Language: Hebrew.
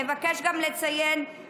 אבקש גם לציין,